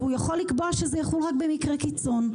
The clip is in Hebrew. והוא יכול לקבוע שזה יחול רק במקרי קיצון.